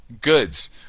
goods